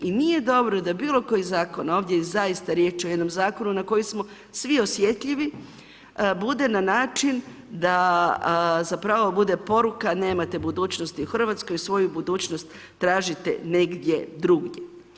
I nije dobro da bilo koji zakon, ovdje je zaista riječ o jednom zakonu na koji smo svi osjetljivi, bude na način da zapravo bude poruka nemate budućnosti u Hrvatskoj, svoju budućnost tražite negdje drugdje.